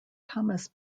thomas